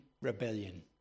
rebellion